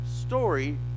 story